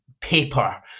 paper